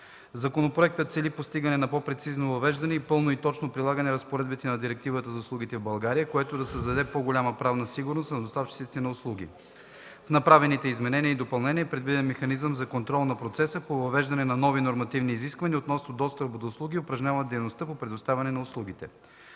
Законопроектът цели постигане на по-прецизно въвеждане и пълно и точно прилагане на разпоредбите на Директивата за услугите в България, което да създаде по-голяма правна сигурност за доставчиците на услуги. С направените изменения и допълнения е предвиден механизъм за контрол на процеса по въвеждане на нови нормативни изисквания относно достъпа до услуги или упражняването на дейности по предоставяне на услуги.